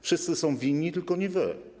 Wszyscy są winni, tylko nie wy.